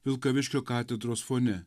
vilkaviškio katedros fone